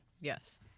Yes